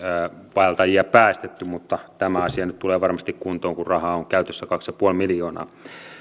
vaeltajia päästetty mutta tämä asia nyt tulee varmasti kuntoon kun rahaa on käytössä kaksi pilkku viisi miljoonaa